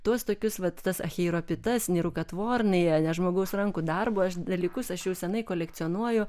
tuos tokius vat tas acheropitas nerukatvornoje ne žmogaus rankų darbo aš dalykus aš jau seniai kolekcionuoju